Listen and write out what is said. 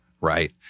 Right